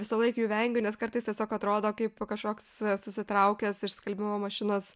visąlaik jų vengiu nes kartais tiesiog atrodo kaip kažkoks susitraukęs iš skalbimo mašinos